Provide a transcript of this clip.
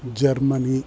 Germany